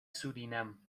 surinam